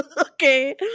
Okay